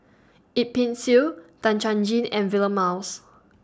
Yip Pin Xiu Tan Chuan Jin and Vilma Laus